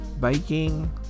biking